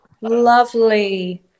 lovely